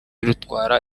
rutwara